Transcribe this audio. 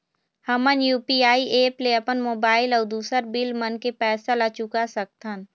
हमन UPI app ले अपन मोबाइल अऊ दूसर बिल मन के पैसा ला चुका सकथन